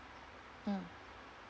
mm